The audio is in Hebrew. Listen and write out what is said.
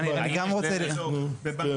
מה,